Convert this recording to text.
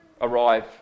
arrive